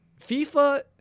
FIFA